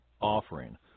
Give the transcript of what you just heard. offering